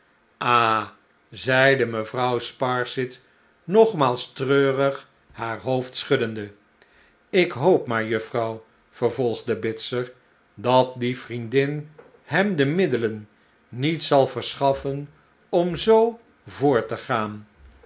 ah h zeide mevrouw sparsit nogmaals treurig haar hoofd schuddende ik hoop maar juffrouw vervolgde bitzer dat die vriendin hem de middelen niet zal verschaffen om zoo voort te gaan